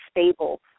stable